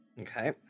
Okay